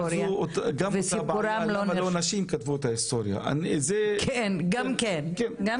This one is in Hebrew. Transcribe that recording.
אבל זו אותה בעיה למה לא נשים כתבו את אותה היסטוריה--- כן גם כן.